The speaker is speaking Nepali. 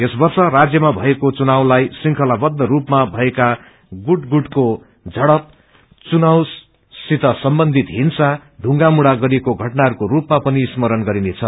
यस वर्ष राज्यमा भएको चुनावलाई श्रृखंलावद्व रूपमा भएका गुट गुटको झड्प चुनावसित सम्बन्धित हिँसा ढुँगा मुढ़ा गरिएको घटनाहरूको रूपामा पनि स्मरण गरिनेछ